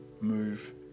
move